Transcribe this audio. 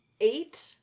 eight